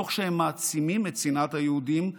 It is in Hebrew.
תוך שהם מעצימים את שנאת היהודים,